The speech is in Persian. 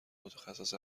متخصص